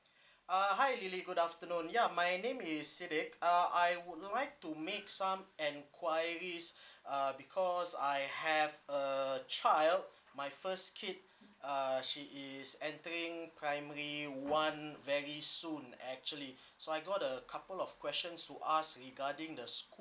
uh hi lily good afternoon ya my name is sidek uh I would like to make some enquiries uh because I have a child my first kid uh she is entering primary one very soon actually so I got a couple of questions to ask regarding the school